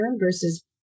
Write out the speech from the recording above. versus